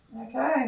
Okay